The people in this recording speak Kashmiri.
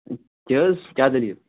کیٛاہ حظ کیٛاہ دٔلیٖل